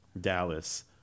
Dallas